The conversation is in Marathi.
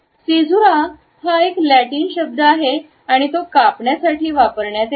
सीझुरा हा एक लॅटिन शब्द आहे तो कापण्यासाठी वापरण्यात येतो